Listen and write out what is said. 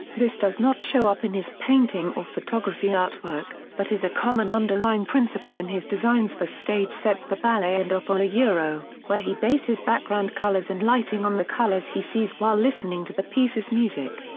this does not show up in his painting or photography artwork, but is a common underlying principle in his designs for stage sets for ballet and opera yeah where he bases background colours and lighting on the colours he sees while listening to the piece's music.